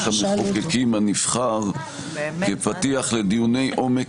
המחוקקים הנבחר כפתיח לדיוני עומק